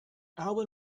alvin